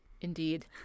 Indeed